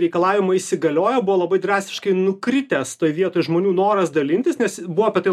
reikalavimai įsigaliojo buvo labai drastiškai nukritęs toj vietoj žmonių noras dalintis nes buvo apie tai